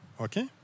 okay